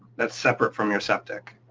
that's separate from your septic.